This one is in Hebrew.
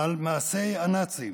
על מעשי הנאצים